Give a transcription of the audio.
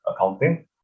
accounting